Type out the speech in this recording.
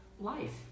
life